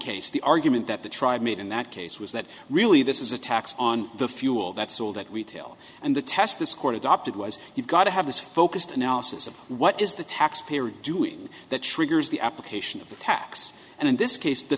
case the argument that the tribe made in that case was that really this is a tax on the fuel that's all that we tale and the test this court adopted was you've got to have this focused analysis of what is the taxpayer doing that triggers the application of the tax and in this case the